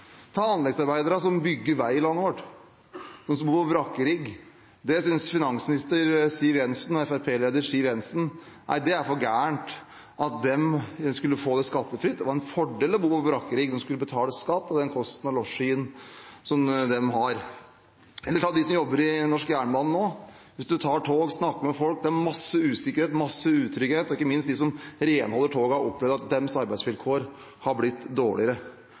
som bygger vei i landet vårt, og som bor på brakkerigg – finansminister og Fremskrittsparti-leder Siv Jensen syntes det var for gærent at de skulle få det skattefritt og ha en fordel av å bo på brakkerigg, de skulle betale skatt av kosten og losjiet som de hadde. Eller ta dem som jobber i norsk jernbane nå – hvis man tar tog, snakker med folk, er det masse usikkerhet, masse utrygghet, og ikke minst har de som renholder togene, opplevd at deres arbeidsvilkår har blitt dårligere.